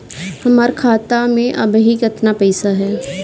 हमार खाता मे अबही केतना पैसा ह?